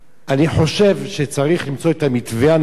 אני חושב שצריך למצוא את המתווה הנכון,